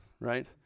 right